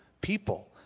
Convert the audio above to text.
people